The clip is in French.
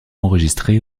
enregistrée